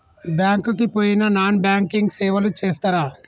Bank కి పోయిన non banking సేవలు చేస్తరా?